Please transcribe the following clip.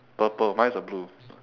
purple mine is a blue